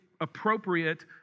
appropriate